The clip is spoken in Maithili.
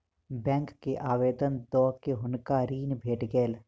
बैंक के आवेदन दअ के हुनका ऋण भेट गेल